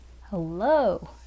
Hello